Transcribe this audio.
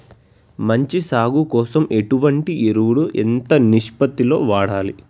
మంచి సాగు కోసం ఎటువంటి ఎరువులు ఎంత నిష్పత్తి లో వాడాలి?